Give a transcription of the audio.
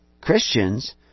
Christians